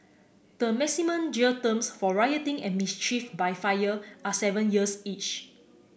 the maximum jail terms for rioting and mischief by fire are seven years each